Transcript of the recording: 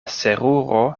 seruro